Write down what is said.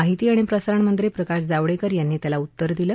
माहिती आणि प्रसारणमंत्री प्रकाश जावडेकर यांनी त्याला उत्तर दिलं